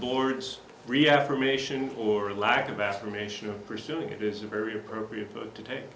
boards reaffirmation or lack of affirmation of pursuing it is a very appropriate to